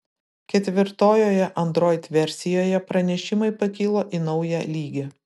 ketvirtojoje android versijoje pranešimai pakilo į naują lygį